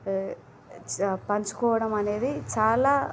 ఆ పంచుకోవడం అనేది చాలా